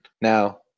Now